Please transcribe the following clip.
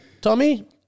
Tommy